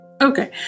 Okay